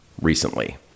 recently